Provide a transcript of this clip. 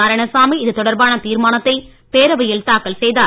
நாராயணசாமி இதுதொடர்பான தீர்மானத்தை பேரவையில் தாக்கல் செய்தார்